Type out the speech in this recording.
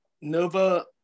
Nova